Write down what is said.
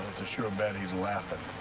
a sure bet he's laughin',